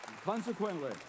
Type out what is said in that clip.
Consequently